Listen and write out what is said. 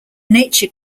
nature